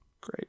great